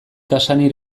cassany